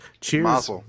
Cheers